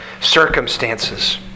circumstances